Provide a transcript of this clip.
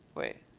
wait.